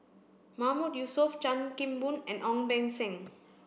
Mahmood Yusof Chan Kim Boon and Ong Beng Seng